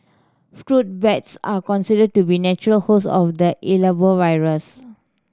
fruit bats are considered to be the natural host of the virus